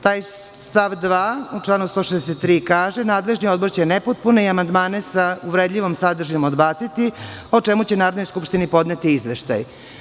Taj stav 2. u članu 163. kaže: „Nadležni odbor će nepotpune amandmane sa uvredljivom sadržinom odbaciti, o čemu će Narodnoj skupštini podneti izveštaj“